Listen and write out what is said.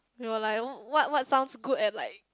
we were like uh what what sounds good at like